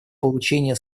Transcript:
получение